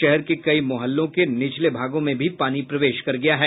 शहर के कई मुहल्लों के निचले भागों में भी पानी प्रवेश कर गया है